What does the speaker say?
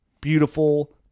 beautiful